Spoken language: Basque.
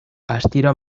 astiro